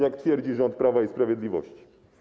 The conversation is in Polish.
Tak twierdzi rząd Prawa i Sprawiedliwości.